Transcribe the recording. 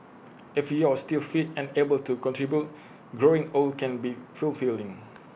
if you're still fit and able to contribute growing old can be fulfilling